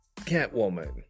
Catwoman